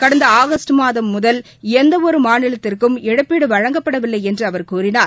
கடந்த ஆகஸ்ட் மாதம் முதல் எந்த ஒரு மாநிலத்திற்கும் இழட்பீடு வழங்கப்படவில்லை என்று அவர் கூறினார்